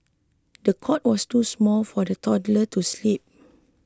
the cot was too small for the toddler to sleep